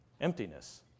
Emptiness